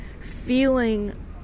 feeling